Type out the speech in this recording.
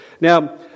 Now